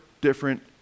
different